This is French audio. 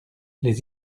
les